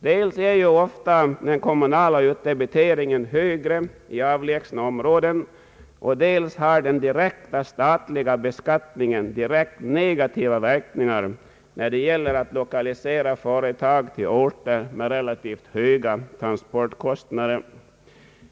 Dels är ofta den kommunala utdebiteringen högre i perifert belägna områden, dels har den direkta statliga beskattningen klart negativa verkningar när det gäller att lokalisera företag till orter med relativt höga transportkostnader.